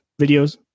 videos